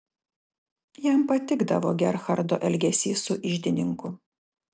jam patikdavo gerhardo elgesys su iždininku